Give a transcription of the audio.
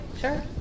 sure